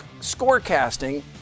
Scorecasting